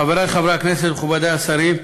חברי חברי הכנסת, מכובדי השרים,